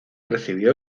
recibió